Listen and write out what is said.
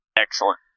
Excellent